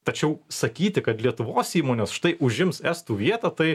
tačiau sakyti kad lietuvos įmonės štai užims estų vietą tai